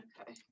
Okay